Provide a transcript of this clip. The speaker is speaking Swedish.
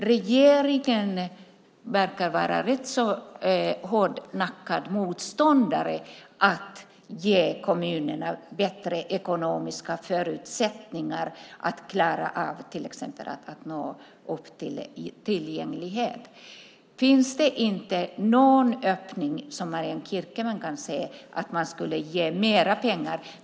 Regeringen verkar vara rätt så hårdnackad motståndare till att ge kommunerna bättre ekonomiska förutsättningar att klara av att till exempel nå upp till målen om tillgänglighet. Finns det inte någon öppning som Marianne Kierkemann kan se för att ge mer pengar?